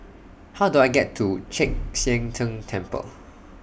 How Do I get to Chek Sian Tng Temple